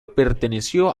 perteneció